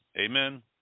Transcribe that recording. Amen